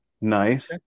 nice